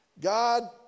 God